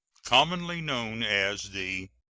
commonly known as the